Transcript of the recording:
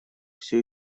все